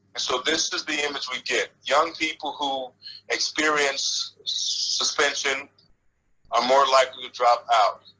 and so this is the image we get. young people who experience suspension are more likely to drop out.